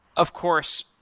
of course,